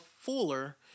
fuller